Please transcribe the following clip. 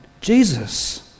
Jesus